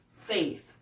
faith